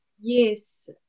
Yes